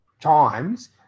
times